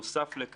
בנוסף על כך,